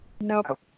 nope